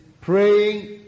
Praying